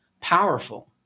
powerful